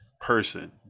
person